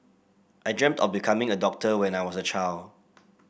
I dreamt of becoming a doctor when I was a child